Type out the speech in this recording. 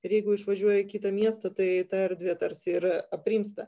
ir jeigu išvažiuoji į kitą miestą tai ta erdvė tarsi ir aprimsta